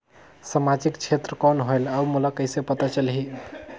समाजिक क्षेत्र कौन होएल? और मोला कइसे पता चलही?